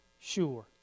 sure